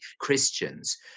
Christians